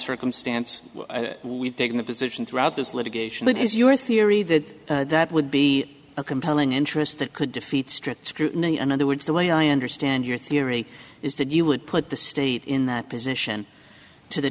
circumstance we've taken a position throughout this litigation that is your theory that that would be a compelling interest that could defeat strict scrutiny in other words the way i understand your theory is that you would put the state in that position to the